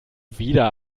wieder